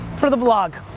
for the vlog.